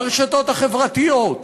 ברשתות החברתיות,